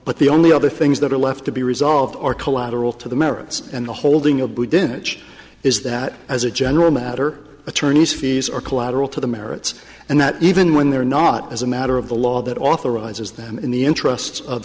but the only other things that are left to be resolved or collateral to the merits and the holding of boudinot is that as a general matter attorneys fees are collateral to the merits and that even when they're not as a matter of the law that authorizes them in the interests of